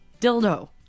dildo